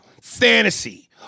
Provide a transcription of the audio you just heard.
fantasy